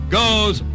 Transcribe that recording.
goes